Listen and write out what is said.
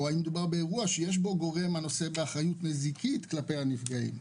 או האם מדובר באירוע שיש בו גורם שנושא באחריות נזיקית כלפי הנפגעים.